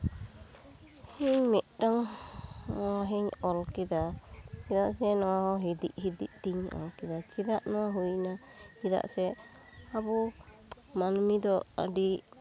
ᱤᱧ ᱢᱤᱫᱴᱟᱝ ᱚᱱᱚᱬᱦᱮᱧ ᱚᱞ ᱠᱮᱫᱟ ᱪᱮᱫᱟᱜ ᱥᱮ ᱱᱚᱣᱟ ᱦᱚᱸ ᱦᱤᱫᱤᱡ ᱦᱤᱫᱤᱡ ᱛᱤᱧ ᱚᱞ ᱠᱮᱫᱟ ᱪᱮᱫᱟᱜ ᱱᱚᱣᱟ ᱦᱩᱭᱱᱟ ᱪᱮᱫᱟᱜ ᱥᱮ ᱟᱵᱚ ᱢᱟᱹᱱᱢᱤ ᱫᱚ ᱟ ᱰᱤ